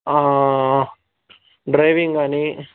driving కానీ